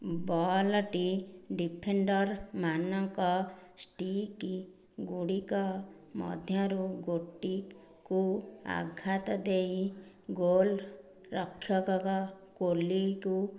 ball ଟି ଡିଫେଣ୍ଡରମାନଙ୍କ stick ଗୁଡ଼ିକ ମଧ୍ୟରୁ ଗୋଟିକୁ ଆଘାତ ଦେଇ ଗୋଲ୍ ରକ୍ଷକ କୋଲିଙ୍କୁ